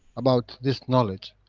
about this knowledge?